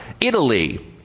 Italy